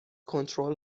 کنترل